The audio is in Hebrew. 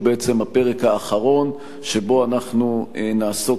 שהוא בעצם הפרק האחרון שבו אנחנו נעסוק